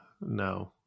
No